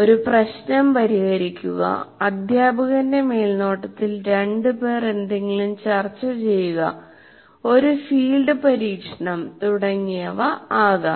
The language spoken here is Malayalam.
ഒരു പ്രശ്നം പരിഹരിക്കുക അധ്യാപകന്റെ മേൽനോട്ടത്തിൽ രണ്ടുപേർ എന്തെങ്കിലും ചർച്ചചെയ്യുക ഒരു ഫീൽഡ് പരീക്ഷണം തുടങ്ങിയവ ആകാം